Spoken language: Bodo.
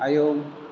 आयौ